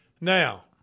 Now